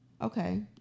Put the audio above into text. okay